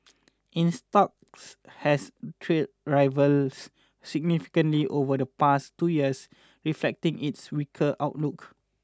its stock has trailed rivals significantly over the past two years reflecting its weaker outlook